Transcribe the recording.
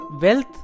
wealth